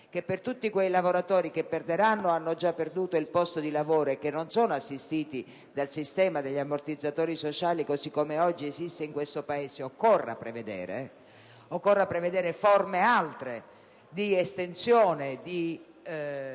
che per tutti quei lavoratori che perderanno o hanno già perduto il posto di lavoro e che non sono assistiti dal sistema degli ammortizzatori sociali, così come oggi esiste in questo Paese, siano previste forme altre di estensione di